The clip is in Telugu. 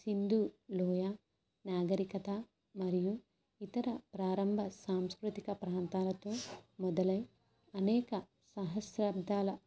సింధు లోయ నాగరికత మరియు ఇతర ప్రారంభ సాంస్కృతిక ప్రాంతాలతో మొదలై అనేక సహస్రబ్డాల